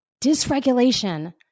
dysregulation